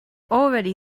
already